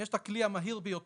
יש את הכלי המהיר ביותר